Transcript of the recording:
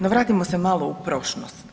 No vratimo se malo u prošlost.